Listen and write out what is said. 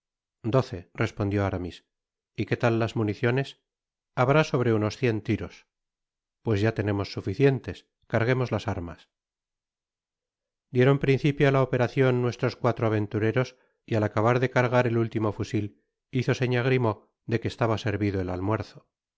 respondió aramis y qué tal las municiones habrá sobre unos cien tiros pues ya tenemos suficientes carguemos las armas dieron principio á la operacion nuestros cuatro aventureros y al acabar de cargar el último fusil hizo seña grimaud de que estaba servido el almuerzo